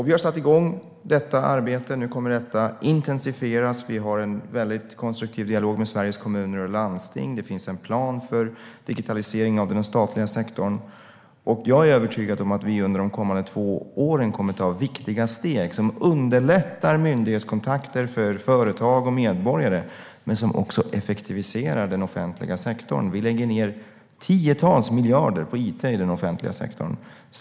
Vi har satt igång detta arbete. Nu kommer det att intensifieras. Vi har en väldigt konstruktiv dialog med Sveriges kommuner och landsting. Det finns en plan för digitalisering av den statliga sektorn. Jag är övertygad om att vi under de kommande två åren kommer att ta viktiga steg som underlättar myndighetskontakter för företag och medborgare och också effektiviserar den offentliga sektorn. Vi lägger ned tiotals miljarder på it i den offentliga sektorn.